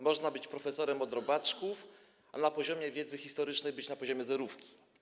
Można być profesorem od robaczków, a z wiedzy historycznej być na poziomie zerówki.